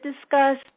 discuss